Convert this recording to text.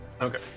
okay